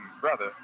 brother